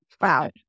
Wow